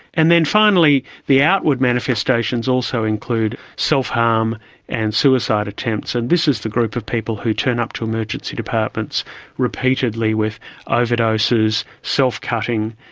and then finally the outward manifestations also include self-harm and suicide attempts, and this is the group of people who turn up to emergency departments repeatedly with overdoses, self-cutting.